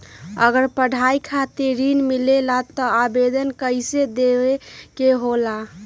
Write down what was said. अगर पढ़ाई खातीर ऋण मिले ला त आवेदन कईसे देवे के होला?